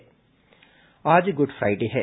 good Friday आज Good Friday है